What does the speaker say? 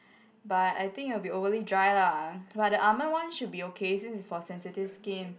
but I think it will be overly dry lah but the almond one should be okay since is for sensitive skin